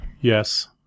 Yes